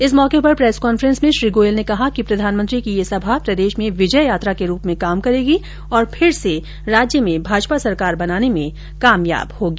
इस मौके पर प्रेस कांफेस में श्री गोयल ने कहा कि प्रधानमंत्री की यह सभा प्रदेश में विजय यात्रा के रूप में काम करेगी और फिर से भाजपा सरकार बनाने में कामयाब होगी